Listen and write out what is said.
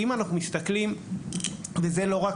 כי אם אנחנו מסתכלים, וזה לא רק